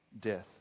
death